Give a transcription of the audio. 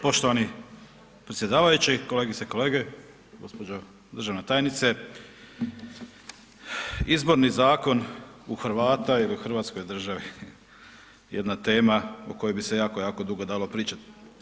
Poštovani predsjedavajući, kolegice i kolege, gđa. državna tajnice, izborni zakon u Hrvata ili Hrvatskoj državi, jedna tema, o kojoj bi se jako jako dugo dalo pričati.